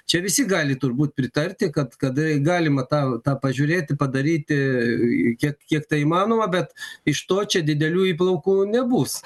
čia visi gali turbūt pritarti kad kad galima tą tą pažiūrėti padaryti i kiek kiek tai įmanoma bet iš to čia didelių įplaukų nebus